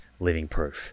livingproof